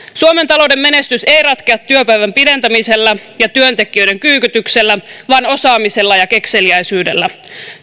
suomen talouden menestys ei ei ratkea työpäivän pidentämisellä ja työntekijöiden kyykytyksellä vaan osaamisella ja kekseliäisyydellä